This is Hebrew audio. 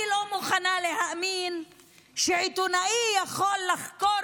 אני לא מוכנה להאמין שעיתונאי יכול לחקור